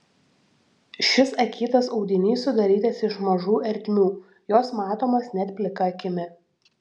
šis akytas audinys sudarytas iš mažų ertmių jos matomos net plika akimi